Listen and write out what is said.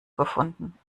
gefunden